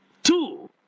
Two